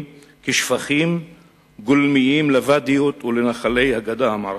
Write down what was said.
כשפכים גולמיים לוואדיות ולנחלי הגדה המערבית.